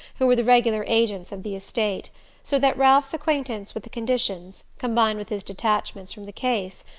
who were the regular agents of the estate so that ralph's acquaintance with the conditions, combined with his detachments from the case,